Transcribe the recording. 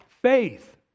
faith